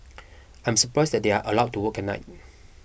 I'm surprised that they are allowed to work at night